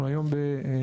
אנחנו היום כמו